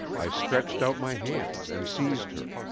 i stretched out my hands and seized her.